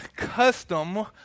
custom